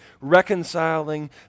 reconciling